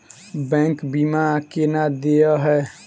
Bank बीमा केना देय है?